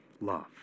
love